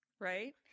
right